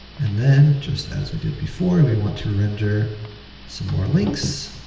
and then, just as we did before, we want to render some more links.